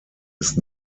ist